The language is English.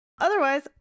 otherwise